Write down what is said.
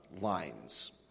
lines